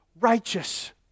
righteous